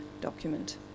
document